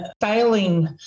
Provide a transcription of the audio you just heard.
failing